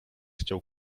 chciał